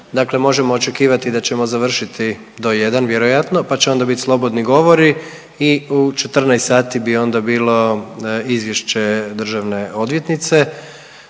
dakle možemo očekivati da ćemo završiti do 1 vjerojatno, pa će onda biti slobodni govori i u 14 sati bi onda bilo izvješće državne odvjetnice.